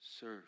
serve